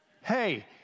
hey